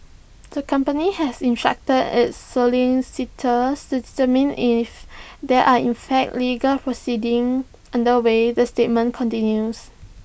the company has instructed its solicitors to determine if there are in fact legal proceedings underway the statement continues